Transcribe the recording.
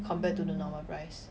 compared to the normal price